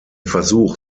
versuch